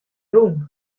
rûn